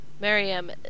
Miriam